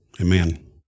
Amen